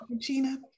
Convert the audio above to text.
Gina